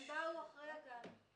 הם באו אחרי הגן.